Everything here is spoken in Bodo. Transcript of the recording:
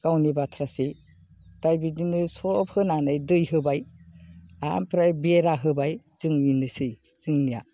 गावनि बाथ्रासै दा बिदिनो सब होनानै दै होबाय ओमफ्राय बेरा होबाय जों बिनोसै जोंनिया